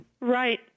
Right